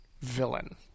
villain